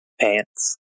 pants